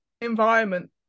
environment